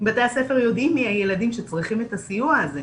בתי הספר יודעים מי הילדים שצריכים את הסיוע הזה.